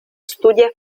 studia